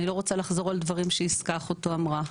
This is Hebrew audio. אני לא רוצה לחזור על דברים שיסכה אחותו אמרה,